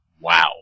wow